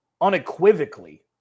unequivocally